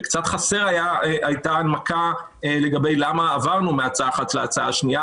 קצת חסרה הייתה הנמקה למה עברנו מהצעה אחת להצעה השנייה.